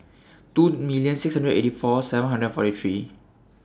two million six hundred and eighty four seven hundred and forty three